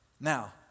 Now